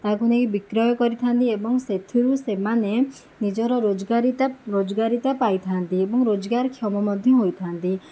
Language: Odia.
ତାହାକୁ ନେଇ ବିକ୍ରୟ କରିଥାନ୍ତି ଏବଂ ସେଥିରୁ ସେମାନେ ନିଜର ରୋଜଗାରିତା ରୋଜଗାରିତା ପାଇଥାନ୍ତି ଏବଂ ରୋଜଗାରକ୍ଷମ ମଧ୍ୟ ହୋଇଥାନ୍ତି